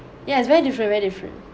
ya it's very different very different